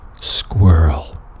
squirrel